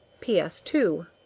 p s. two.